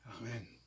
Amen